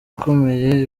ukomeye